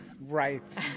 Right